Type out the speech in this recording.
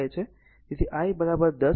4 I શું કહે છે